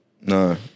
No